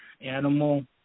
animal